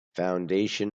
foundation